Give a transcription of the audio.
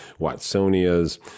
Watsonias